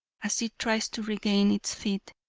as it tries to regain its feet.